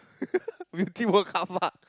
Beauty-World carpark